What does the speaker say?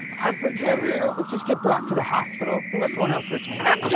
i forgive you. look, just get brock to the hospital. think about someone else for a change.